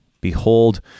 Behold